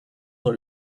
dans